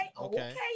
Okay